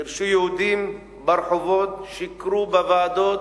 גירשו יהודים לרחובות, שיקרו בוועדות,